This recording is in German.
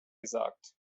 gesagt